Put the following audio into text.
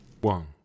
One